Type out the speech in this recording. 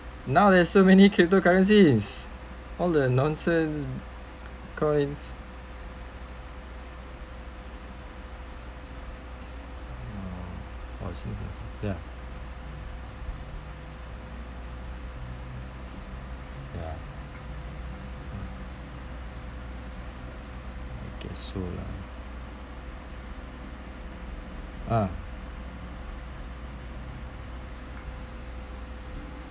now there's so many cryptocurrencies all the nonsense coins oh ya ya guess so lah ah